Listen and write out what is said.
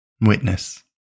Witness